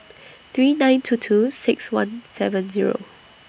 three nine two two six one seven Zero